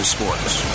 Sports